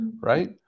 Right